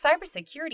cybersecurity